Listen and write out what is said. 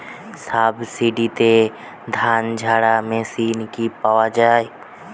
সাবসিডিতে ধানঝাড়া মেশিন কি পাওয়া য়ায়?